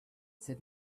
said